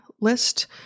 list